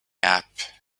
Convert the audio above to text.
app